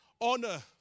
honor